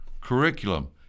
curriculum